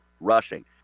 rushing